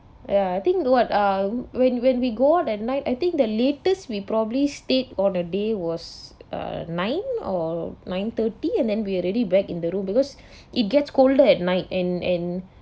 ya I think what ah when when we go out at night I think the latest we probably stayed on the day was uh nine or nine thirty and then we already back in the room because it gets colder at night and and